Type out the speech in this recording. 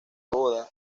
boda